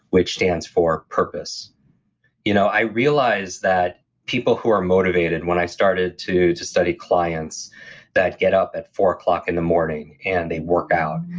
which stands for purpose you know i realized that people who are motivated when i started to just study clients that get up at four o'clock in the morning, and they work out.